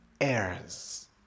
errors